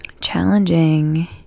challenging